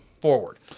forward